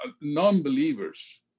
non-believers